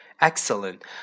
Excellent